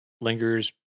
lingers